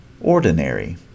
ordinary